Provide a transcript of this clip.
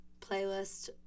playlist